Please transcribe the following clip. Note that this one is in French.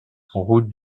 route